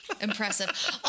Impressive